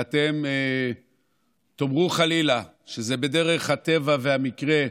ואתם תאמרו חלילה שזה בדרך הטבע והמקרה,